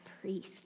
priest